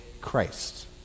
Christ